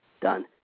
done